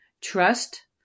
Trust